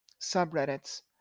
subreddits